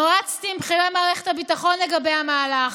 נועצתי עם בכירי מערכת הביטחון לגבי המהלך.